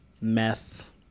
meth